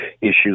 issues